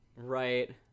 right